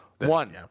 One